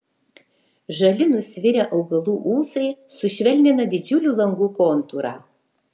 žali nusvirę augalų ūsai sušvelnina didžiulių langų kontūrą